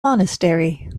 monastery